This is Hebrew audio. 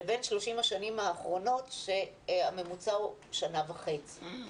לבין 30 השנים האחרונות שהממוצע הוא שנה וחצי.